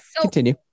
continue